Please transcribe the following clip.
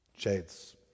Shades